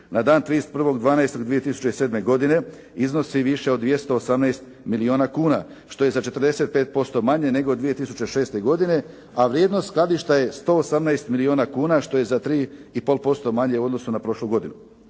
na dan 31. 12. 2007. godine iznosi više od 218 milijuna kuna, što je za 45% manje nego 2006. godine a vrijednost skladišta je 118 milijuna kuna što je za 3,5% manje u odnosu na prošlu godinu.